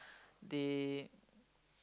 they